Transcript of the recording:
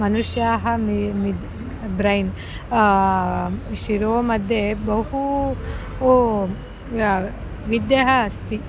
मनुष्याः मी mid brain शिरोमध्ये बहुविधः विद्या अस्ति